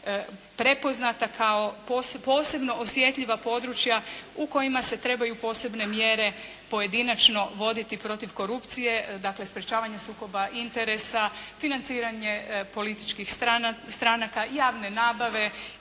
prepoznata kao posebno osjetljiva područja u kojima se trebaju posebne mjere pojedinačno voditi protiv korupcije, dakle sprečavanja sukoba interesa, financiranje političkih stranka, javne nabave